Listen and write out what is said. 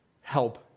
help